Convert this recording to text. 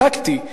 טקטי,